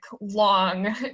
long